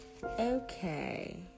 Okay